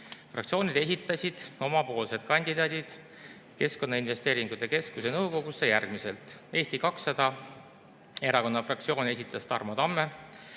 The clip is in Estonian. Fraktsioonid esitasid omapoolsed kandidaadid Keskkonnainvesteeringute Keskuse nõukogusse järgmiselt. Eesti 200 erakonna fraktsioon esitas Tarmo Tamme,